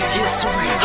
history